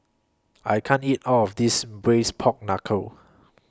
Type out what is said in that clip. I can't eat All of This Braised Pork Knuckle